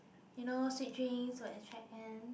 you know sweet drinks will attract ants